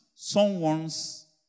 someone's